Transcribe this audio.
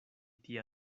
tia